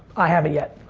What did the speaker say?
i haven't yet.